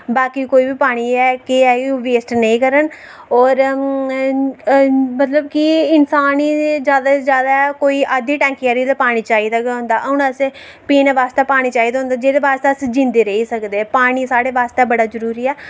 वाकी कोई बी पानी है कि है कि ओह् बेस्ट नेईं करन और मतलब कि इंसान गी ज्यादा कोला ज्यादा कोई अद्धी टेंकी सारा पानी ते चाहिदा गै होंदा हून असें पीने आस्तै पानी चाहिदा होंदा जेहदे आस्ते असें जिंदे रेही़ सकदे ऐ पानी साढे आस्तै बड़ा जरुरी ऐ